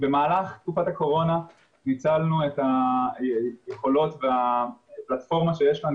במהלך תקופת הקורונה ניצלנו את היכולות ואת הפלטפורמה שיש לנו